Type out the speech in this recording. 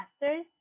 master's